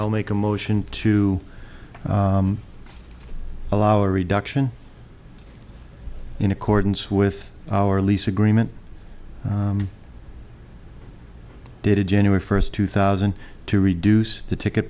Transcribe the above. i'll make a motion to allow reduction in accordance with our lease agreement dated january first two thousand to reduce the ticket